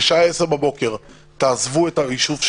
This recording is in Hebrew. בשעה 10:00 בבוקר: תעזבו את היישוב שלנו,